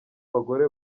bagore